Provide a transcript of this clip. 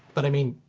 but i mean,